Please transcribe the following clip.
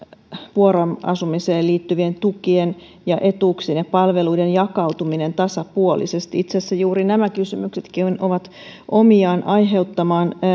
vuoroasumiseen liittyvien tukien ja etuuksien ja palveluiden jakautuminen tasapuolisesti itse asiassa juuri nämä kysymykset ovat omiaan aiheuttamaan